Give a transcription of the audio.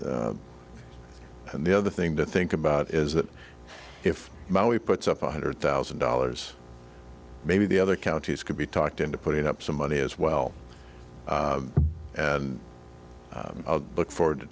and the other thing to think about is that if we put up one hundred thousand dollars maybe the other counties could be talked into putting up some money as well and look forward to